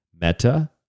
Meta